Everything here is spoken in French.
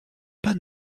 pas